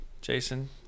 Jason